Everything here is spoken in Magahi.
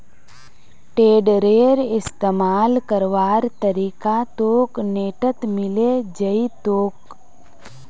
टेडरेर इस्तमाल करवार तरीका तोक नेटत मिले जई तोक